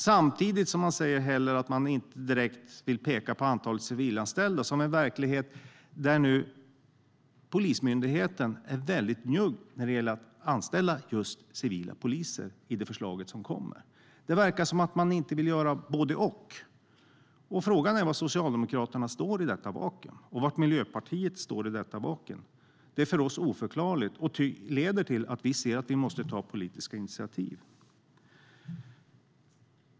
Man vill inte heller direkt peka på antalet civilanställda. Verkligheten är att med det förslag som ska läggas fram kommer Polismyndigheten att vara njugg med att rekrytera civilanställda till polisen. Det verkar som att man inte vill göra både och. Frågan är var Socialdemokraterna och Miljöpartiet står i detta vakuum. Det är för oss oförklarligt, och det leder till att vi anser att vi måste ta politiska initiativ.